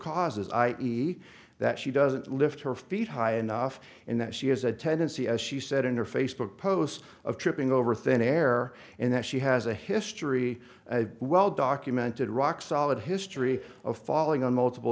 causes i e that she doesn't lift her feet high enough and that she has a tendency as she said in her facebook post of tripping over thin air and that she has a history well documented rock solid history of falling on multiple